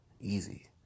Easy